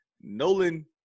Nolan